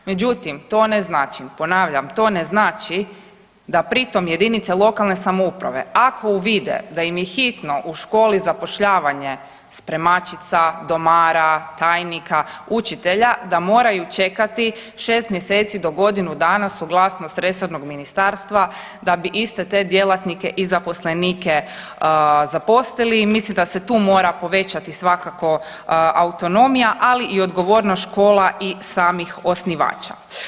Međutim, to ne znači, ponavljam, to ne znači da pri tom JLS ako uvide da im je hitno u školi zapošljavanje spremačica, domara, tajnika, učitelja, da moraju čekati 6. mjeseci do godinu dana suglasnost resornog ministarstva da bi iste te djelatnike i zaposlenike zaposlili i mislim da se tu mora povećati svakako autonomija, ali i odgovornost škola i samih osnivača.